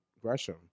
Gresham